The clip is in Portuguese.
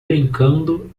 brincando